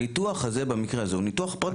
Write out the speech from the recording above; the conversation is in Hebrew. הניתוח במקרה הזה הוא ניתוח פרטי.